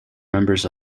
members